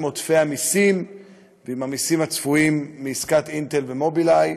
עודפי המסים ועם המסים הצפויים מעסקת "אינטל" ו"מובילאיי".